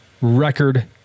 record